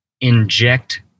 inject